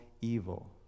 evil